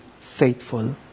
faithful